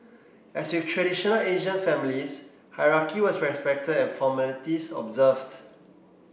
as with traditional Asian families hierarchy was respected and formalities observed